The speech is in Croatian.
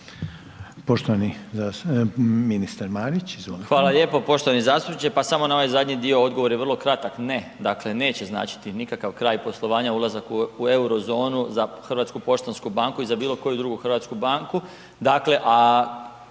Hvala lijepo. Poštovani zastupniče. Pa samo na ovaj zadnji dio odgovor je vrlo kratak. Ne, dakle neće značiti nikakav kraj poslovanja ulaskom u eurozonu za HPB i za bilo koju drugu hrvatsku banku,